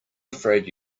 afraid